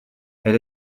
elle